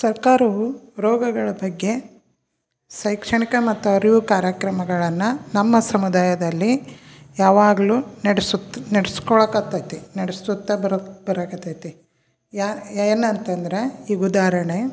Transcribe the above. ಸರ್ಕಾರವು ರೋಗಗಳ ಬಗ್ಗೆ ಶೈಕ್ಷಣಿಕ ಮತ್ತು ಅರಿವು ಕಾರ್ಯಕ್ರಮಗಳನ್ನು ನಮ್ಮ ಸಮುದಾಯದಲ್ಲಿ ಯಾವಾಗಲೂ ನೆಡೆಸುತ್ತಾ ನೆಡೆಸ್ಕೊಳಕತ್ತೈತಿ ನೆಡೆಸುತ್ತ ಬರು ಬರೋಕತ್ತೈತಿ ಯಾರು ಏನಂತಂದ್ರೆ ಈಗ ಉದಾಹರಣೆ